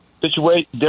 situation